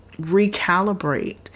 recalibrate